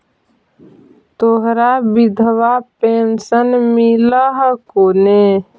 तोहरा विधवा पेन्शन मिलहको ने?